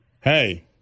hey